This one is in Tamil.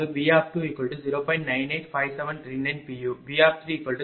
985739 p